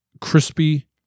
crispy